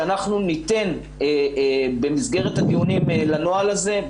שאנחנו ניתן במסגרת הדיונים לנוהל הזה,